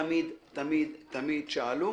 תמיד תמיד תמיד שאלו: